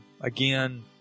again